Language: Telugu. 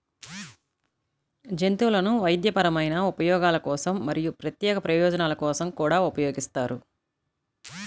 జంతువులను వైద్యపరమైన ఉపయోగాల కోసం మరియు ప్రత్యేక ప్రయోజనాల కోసం కూడా ఉపయోగిస్తారు